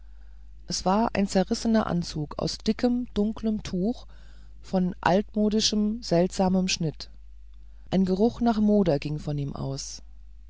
es war ein zerschlissener anzug aus dickem dunklem tuch von uraltmodischem seltsamem schnitt ein geruch nach moder ging von ihm aus